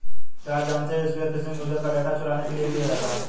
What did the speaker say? क्या आप जानते है स्पीयर फिशिंग यूजर का डेटा चुराने के लिए किया जाता है?